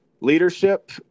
Leadership